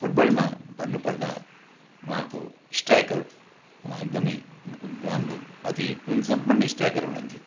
फुटबलमा भन्नुपर्दा उहाँको स्ट्राइकर उहाँ एकदमै राम्रो अति गुणसम्पन्न स्ट्राइकर हुनुहुन्थ्यो